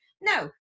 No